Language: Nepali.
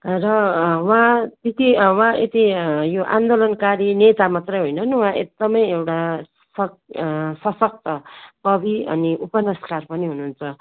र उहाँ त्यति उहाँ यति यो आन्दोलनकारी नेता मात्रै होइन नि उहाँ एकदमै एउटा सक सशक्त कवि अनि उपन्यासकार पनि हुनुहुन्छ